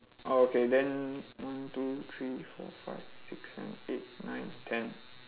oh okay then one two three four five six seven eight nine ten